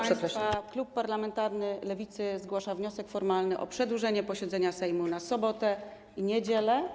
Proszę państwa, klub parlamentarny Lewicy zgłasza wniosek formalny o przedłużenie posiedzenia Sejmu - na sobotę i niedzielę.